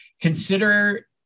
Consider